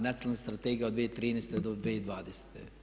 Nacionalna strategija od 2013. do 2020.